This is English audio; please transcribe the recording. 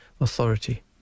Authority